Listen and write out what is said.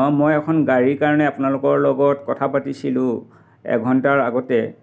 অঁ মই এখন গাড়ীৰ কাৰণে আপোনালোকৰ লগত কথা পাতিছিলোঁ এঘণ্টাৰ আগতে